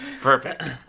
Perfect